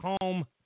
home